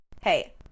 hey